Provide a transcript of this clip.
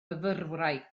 fyfyrwraig